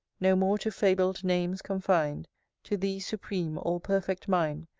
no more to fabled names confin'd to thee supreme, all perfect mind,